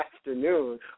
afternoon